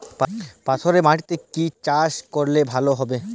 পাথরে মাটিতে কি চাষ করলে ভালো হবে?